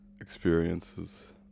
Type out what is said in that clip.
experiences